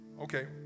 Okay